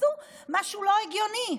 פספסו משהו לא הגיוני.